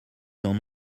n’en